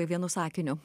vienu sakiniu